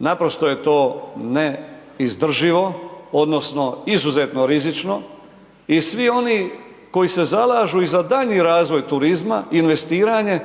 Naprosto je to neizdrživo odnosno izuzetno rizično i svi oni koji se zalažu i za daljnji razvoj turizma, investiranje